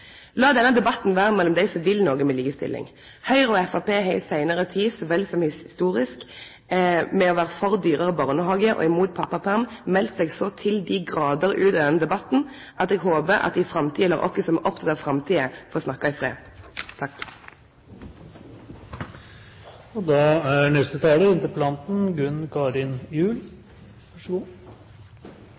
denne debatten vere mellom dei som vil noko med likestilling. Høgre og Framstegspartiet har i seinare tid, så vel som historisk, ved å vere for dyrare barnehage og mot pappaperm, meldt seg så til dei gradar ut av denne debatten at eg håper at dei i framtida lèt oss som er opptekne av framtida, få snakke i fred.